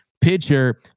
pitcher